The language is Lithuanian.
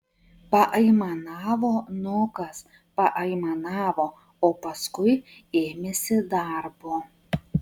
paaimanavo nukas paaimanavo o paskui ėmėsi darbo